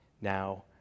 Now